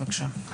בבקשה.